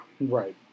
Right